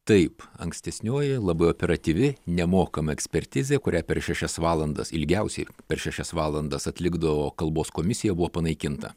taip ankstesnioji labai operatyvi nemokama ekspertizė kurią per šešias valandas ilgiausiai per šešias valandas atlikdavo kalbos komisija buvo panaikinta